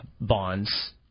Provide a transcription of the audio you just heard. bonds